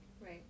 Right